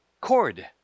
Cord